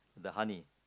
the honey